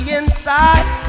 inside